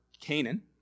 Canaan